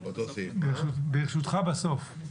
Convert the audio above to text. ברשותך, בסוף.